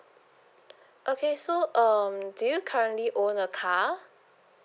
okay so um do you currently own a car